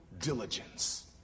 diligence